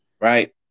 Right